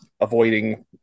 avoiding